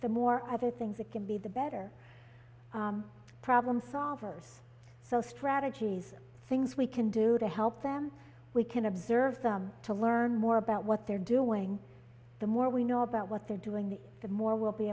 the more other things that can be the better problem solvers the strategies things we can do to help them we can observe them to learn more about what they're doing the more we know about what they're doing the the more we'll be